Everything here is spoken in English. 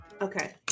Okay